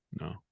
no